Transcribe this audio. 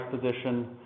position